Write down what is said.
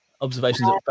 Observations